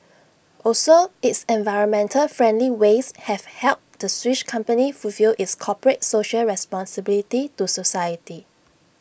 also its environmental friendly ways have helped the Swiss company fulfil its corporate social responsibility to society